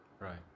Right